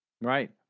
Right